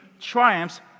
triumphs